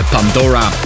Pandora